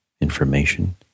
information